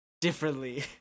differently